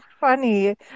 funny